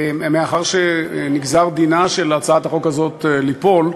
מאחר שנגזר דינה של הצעת החוק הזאת ליפול,